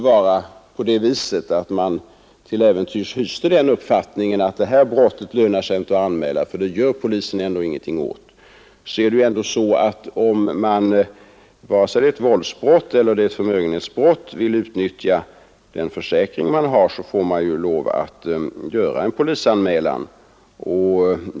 Även om någon till äventyrs hyste den uppfattningen att det inte lönar sig att anmäla ett visst brott därför att polisen ändå inte gör något åt det, så måste man för att kunna utnyttja den eventuella försäkring man har polisanmäla brottet i fråga vare sig det är ett våldsbrott eller förmögenhetsbrott.